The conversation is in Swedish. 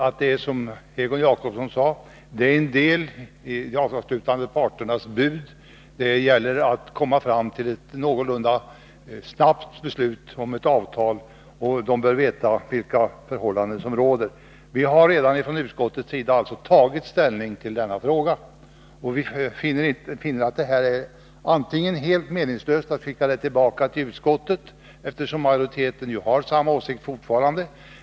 Som Egon Jacobsson sade är det en del i de avtalsslutande parternas bud. Det gäller att komma fram till ett någorlunda snabbt beslut om ett avtal, och de bör veta vilka förhållanden som råder. Utskottet har alltså redan tagit ställning till denna fråga. Vi finner att det är helt meningslöst att skicka ärendet tillbaka till utskottet, eftersom majoriteten ju har samma åsikt fortfarande.